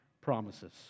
promises